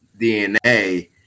DNA